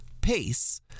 pace